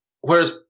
whereas